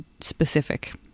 specific